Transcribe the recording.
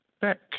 back